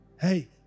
hey